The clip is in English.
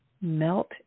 Melt